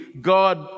God